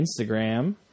Instagram